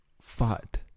fat